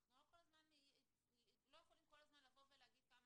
אנחנו לא יכולים כל הזמן לבוא ולומר כמה